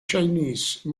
chinese